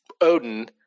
Odin